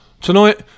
Tonight